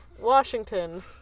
washington